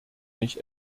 mich